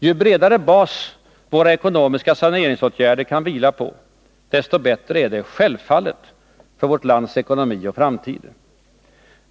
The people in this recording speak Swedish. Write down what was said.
Ju bredare bas våra ekonomiska saneringsåtgärder kan vila på, desto bättre är det självfallet för vårt lands ekonomi och framtid.